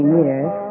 years